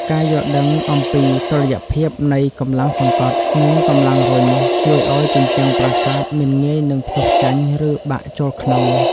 ការយល់ដឹងអំពីតុល្យភាពនៃកម្លាំងសង្កត់ និង កម្លាំងរុញជួយឱ្យជញ្ជាំងប្រាសាទមិនងាយនឹងផ្ទុះចេញ ឬ បាក់ចូលក្នុង។